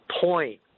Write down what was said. point